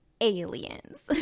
aliens